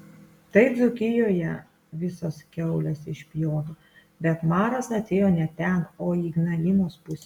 tai dzūkijoje visas kiaules išpjovė bet maras atėjo ne ten o į ignalinos pusę